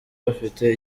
bafite